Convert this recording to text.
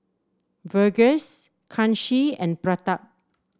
Verghese Kanshi and Pratap